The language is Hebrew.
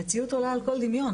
המציאות עולה על כל דמיון,